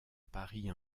paris